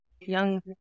young